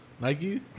Nike